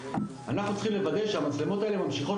אנחנו צריכים לוודא שהמצלמות האלה ממשיכות